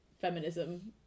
feminism